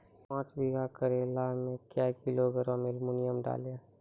पाँच बीघा करेला मे क्या किलोग्राम एलमुनियम डालें?